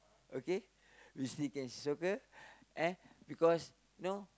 okay we still can see soccer eh because know